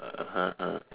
(uh huh)